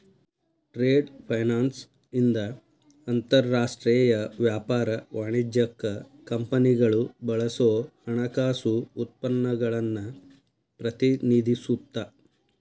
trade finance ಇಂದ ಅಂತರಾಷ್ಟ್ರೇಯ ವ್ಯಾಪಾರ ವಾಣಿಜ್ಯಕ್ಕ ಕಂಪನಿಗಳು ಬಳಸೋ ಹಣಕಾಸು ಉತ್ಪನ್ನಗಳನ್ನ ಪ್ರತಿನಿಧಿಸುತ್ತ